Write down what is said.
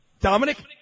Dominic